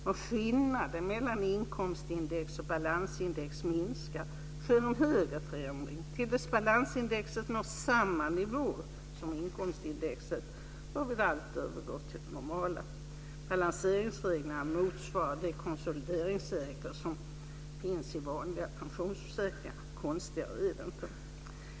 Om skillnaden mellan inkomstindex och balansindex minskar, sker en högre förräntning till dess balansindex når samma nivå som inkomstindexet, varvid allt övergår till det normala. Balanseringsreglerna motsvarar de konsolideringsregler som finns i vanliga pensionsförsäkringar. Konstigare är det inte.